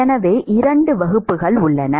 எனவே இரண்டு வகுப்புகள் உள்ளன